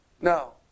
No